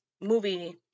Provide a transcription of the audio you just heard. movie